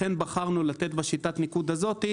לכן בחרנו לתת את שיטת הניקוד הזאת,